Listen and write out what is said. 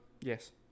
Yes